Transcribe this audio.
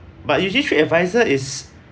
but usually tripadvisor is